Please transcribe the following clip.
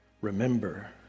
remember